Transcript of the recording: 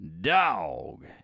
Dog